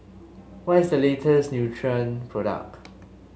what is the latest Nutren product